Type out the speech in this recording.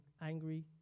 angry